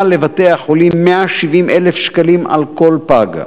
לבתי-החולים 170,000 שקלים על כל פג,